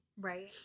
Right